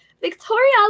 Victoria